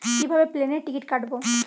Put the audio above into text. কিভাবে প্লেনের টিকিট কাটব?